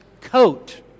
coat